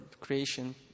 creation